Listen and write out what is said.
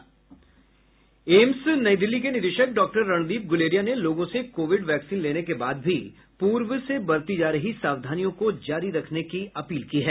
AIIMS Nai Delhi के निदेशक doctor Randeep Guleria ने लोगों से कोविड वैक्सीन लेने के बाद भी पूर्व से बरती जा रही सावधानियों को जारी रखने की अपील की है